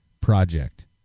project